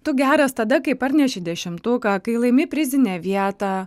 tu geras tada kai parneši dešimtuką kai laimi prizinę vietą